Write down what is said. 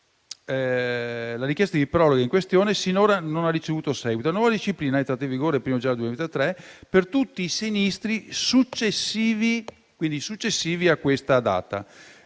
la richiesta di proroga in questione sinora non ha ricevuto seguito. La nuova disciplina è entrata in vigore il 1° gennaio 2023 per tutti i sinistri successivi a questa data.